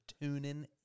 tuning